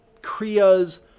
Kriyas